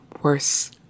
worse